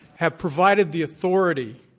have provided the authority,